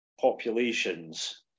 populations